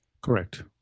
Correct